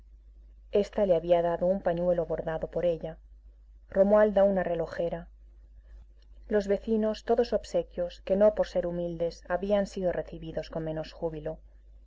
esta le había dado un pañuelo bordado por ella romualda una relojera los vecinos todos obsequios que no por ser humildes habían sido recibidos con menos júbilo